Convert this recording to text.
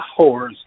whores